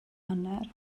hanner